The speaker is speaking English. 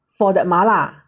for that 麻辣